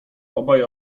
obaj